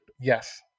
Yes